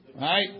right